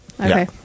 Okay